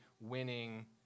winning